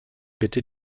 bitte